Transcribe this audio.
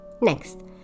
Next